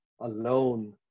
alone